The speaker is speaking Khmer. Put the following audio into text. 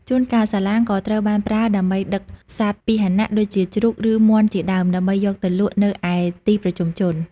ជួនកាលសាឡាងក៏ត្រូវបានប្រើដើម្បីដឹកសត្វពាហនៈដូចជាជ្រូកឬមាន់ជាដើម ដើម្បីយកទៅលក់នៅឯទីប្រជុំជន។